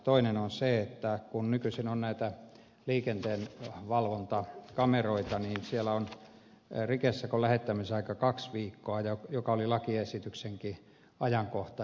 toinen on se että kun nykyisin on näitä liikenteen valvontakameroita niin siellä on rikesakon lähettämisaika kaksi viikkoa joka oli lakiesityksenkin aika